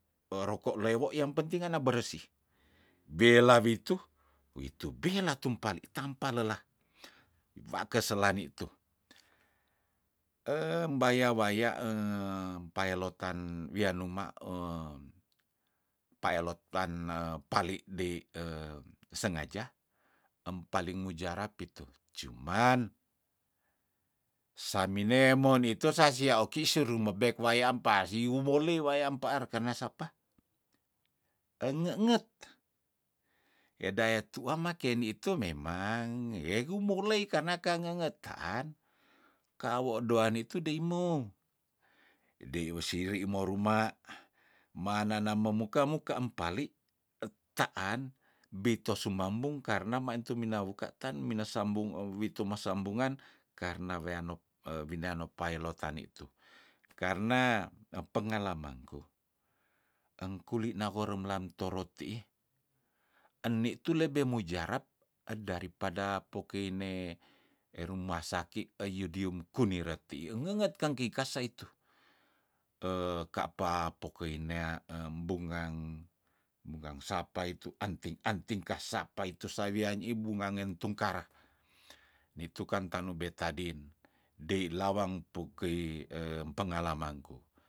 Eroko lewo yang penting ngana bersih bela witu witu bela tumpali tampa lelah wiba keselani tu mbaya waya paelotan wian numa paelotlan ne palitdei sengaja empaling mujarab itu cuman samine mon itu sasia oki suru mebek wayampa siuwole wayam paar karna sapa enge nget edaya tuah makendi itu memang yegumoulei karna kangenget kaan kawo doan itu dei moh dei mo siri mo ruma ma nana mou muka muka empali etaan beito sumambung karna maitu mina wukatan mina sambung witu mesambungan karna weano winianop pailot tanitu karna epengalamangku engkuri na horom lamtoro teih enitu lebe mujarap dari pada pokeine erungma saki eyudium kuniret tiih engenget kangkei kasa itu kapa pokei ineah em bungang bungang sapa itu anting- anting ka sapa itu sawian nyiih bunga ngentukarah nitu kanta nobetadin dei lawang pokei empengalamangku